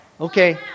Okay